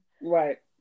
Right